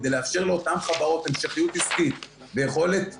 כדי לאפשר לאותן חברות המשכיות עסקית ויכולת תזרימית.